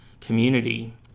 community